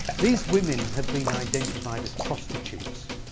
these women have been identified as prostitutes.